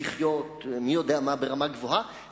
עוד הערה אחת לסיום.